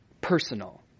personal